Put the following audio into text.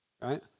right